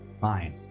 Fine